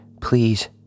please